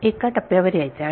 एका टप्प्यावर यायचे आणि